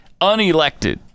unelected